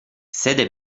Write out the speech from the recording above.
sede